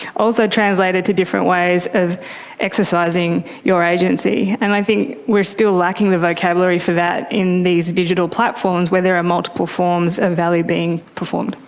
also translated to different ways of exercising your agency. and i think we are still lacking the vocabulary for that in these digital platforms where there are multiple forms of value being performed.